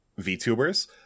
VTubers